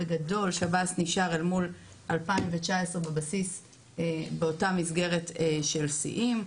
בגדול שב"ס נשאר אל מול 2019 בבסיס באותה מסגרת של שיאים,